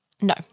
No